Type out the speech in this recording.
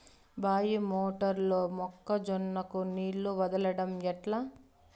బాయి మోటారు లో మొక్క జొన్నకు నీళ్లు వదలడం ఎట్లా?